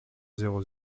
zéro